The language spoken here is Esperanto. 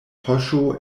poŝo